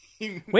Wait